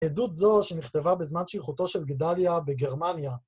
עדות זו שנכתבה בזמן שליחותו של גדליה בגרמניה.